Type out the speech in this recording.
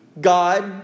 God